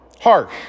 harsh